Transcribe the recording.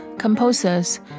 composers